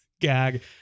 gag